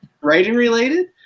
Writing-related